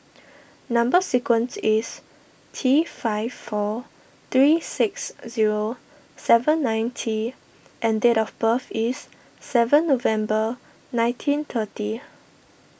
Number Sequence is T five four three six zero seven nine T and date of birth is seven November nineteen thirty